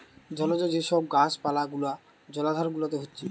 জলজ যে সব গাছ পালা গুলা জলাধার গুলাতে হচ্ছে